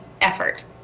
effort